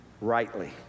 rightly